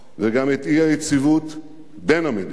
וגם את האי-יציבות בין המדינות.